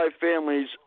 families